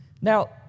Now